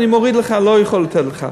ואני מוריד לך ולא יכול לתת לך.